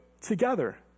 together